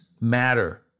matter